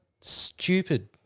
stupid